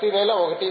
ప్రతి నెలా 1